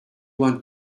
want